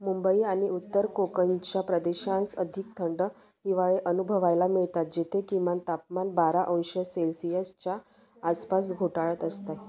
मुंबई आणि उत्तर कोकणच्या प्रदेशांस अधिक थंड हिवाळे अनुभवायला मिळतात जेथे किमान तापमान बारा अंश सेल्सियसच्या आसपास घोटाळत असतं आहे